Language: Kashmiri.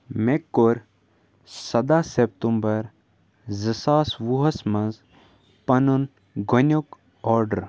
مےٚ کوٚر سَداہ سٮ۪پتُمبَر زٕ ساس وُہَس منٛز پَنُن گۄڈٕنیُک آرڈر